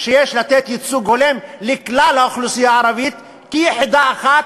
שיש לתת ייצוג הולם לכלל האוכלוסייה הערבית כיחידה אחת,